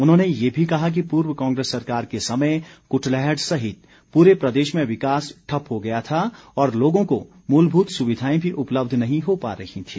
उन्होंने ये भी कहा कि पूर्व कांग्रेस सरकार के समय कुटलैहड सहित पूरे प्रदेश में विकास ठप्प हो गया था और लोगों को मूलभूत सुविधाएं भी उपलब्ध नहीं हो पा रही थीं